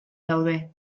daude